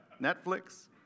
Netflix